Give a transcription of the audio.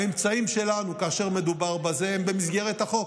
האמצעים שלנו כאשר מדובר בזה הם במסגרת החוק.